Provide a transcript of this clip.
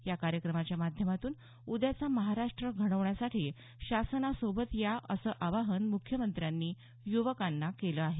या कार्यक्रमाच्या माध्यमातून उद्याचा महाराष्ट्र घडवण्यासाठी शासनासोबत या असं आवाहन मुख्यमंत्र्यांनी युवकांना केलं आहे